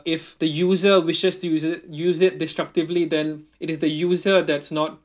if the user wishes to use it use it destructively then it is the user that's not